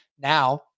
now